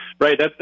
Right